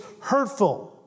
hurtful